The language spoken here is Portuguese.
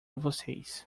vocês